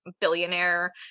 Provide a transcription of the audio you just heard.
billionaire